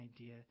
idea